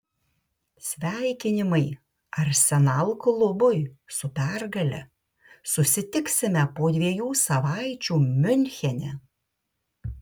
sveikinimai arsenal klubui su pergale susitiksime po dviejų savaičių miunchene